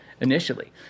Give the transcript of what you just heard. initially